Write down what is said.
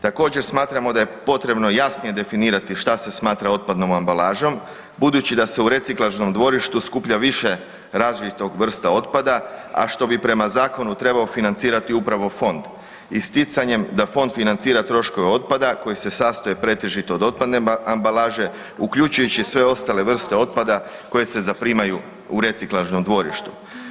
Također, smatramo da je potrebno jasnije definirati što se smatra otpadom ambalažom, budući da se u reciklažnom dvorištu skuplja više različitog vrsta otpada, a što bi prema Zakonu trebao financirati upravo Fond, isticanjem da Fond financira troškove otpada koji se sastoje pretežito od otpadne ambalaže, uključujući i sve ostale vrste otpada koje se zaprimaju u reciklažnom dvorištu.